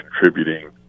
contributing